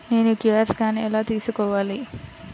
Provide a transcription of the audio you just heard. నేను QR scan ఎలా తీసుకోవాలి?